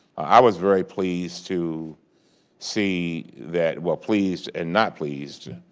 i was very pleased to see that, well pleased and not pleased,